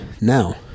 Now